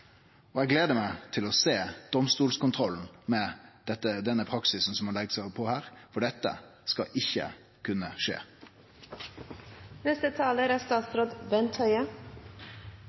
tradisjonar? Eg gler meg til å sjå domstolskontrollen med den praksisen som ein legg seg på her, for dette skal ikkje kunne